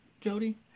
Jody